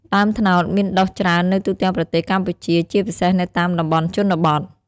ដើមត្នោតមានដុះច្រើននៅទូទាំងប្រទេសកម្ពុជា ជាពិសេសនៅតាមតំបន់ជនបទ។